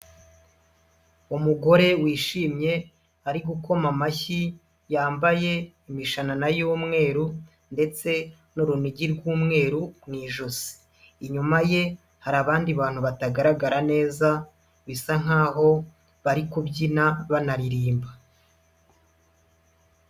Umugore wishimye ari gukoma amashyi yambaye imishanana y'umweru ndetse n'urunigi rw'umweru mu ijosi, inyuma ye hari abandi bantu batagaragara neza bisa nkaho bari kubyina banaririmba.